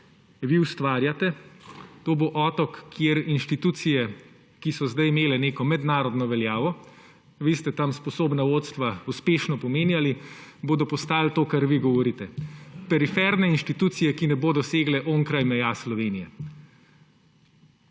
vi ustvarjate, to bo otok, kjer institucije, ki so zdaj imele neko mednarodno veljavo, vi ste tam sposobna vodstva uspešno pomenjali, bodo postali to, kar vi govorite: periferne institucije, ki ne bodo segle onkraj meja Slovenije.